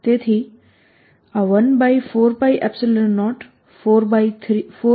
તેથી આ 14π04π3R3Psinθcosϕr2 બનશે